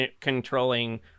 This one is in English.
controlling